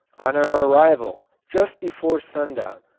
on our arrival, just before sundown,